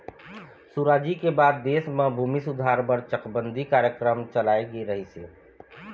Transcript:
सुराजी के बाद देश म भूमि सुधार बर चकबंदी कार्यकरम चलाए गे रहिस हे